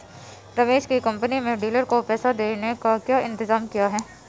रमेश की कंपनी में डीलर को पैसा देने का क्या इंतजाम किया है?